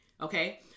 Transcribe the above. Okay